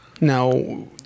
Now